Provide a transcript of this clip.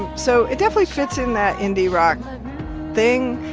so it definitely fits in that indie rock thing,